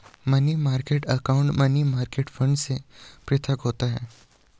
money market account money market fund से पृथक होता है